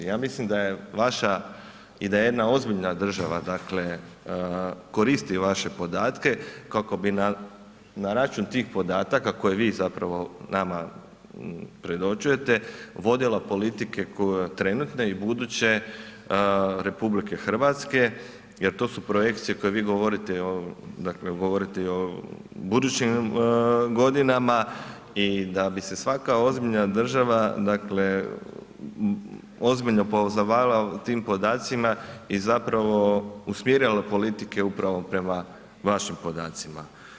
Ja mislim da je vaša i da je jedna ozbiljna država, dakle koristi vaše podatke kako bi na račun tih podataka koje vi zapravo nama predočujete vodila politike trenutne i buduće RH jer to su projekcije koje vi govorite, dakle govorite i o budućim godinama i da bi se svaka ozbiljna država dakle ozbiljno pozabavila tim podacima i zapravo usmjerila politike upravo prema vašim podacima.